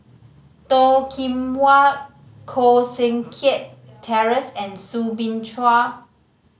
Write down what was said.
Toh Kim Hwa Koh Seng Kiat Terence and Soo Bin Chua